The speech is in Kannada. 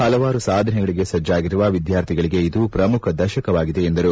ಹಲವಾರು ಸಾಧನೆಗಳಿಗೆ ಸಜ್ಜಾಗಿರುವ ವಿದ್ಯಾರ್ಥಿಗಳಿಗೆ ಇದು ಶ್ರಮುಖ ದಶಕವಾಗಿದೆ ಎಂದರು